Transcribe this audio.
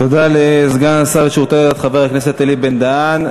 תודה לסגן השר לשירותי דת, חבר הכנסת אלי בן-דהן.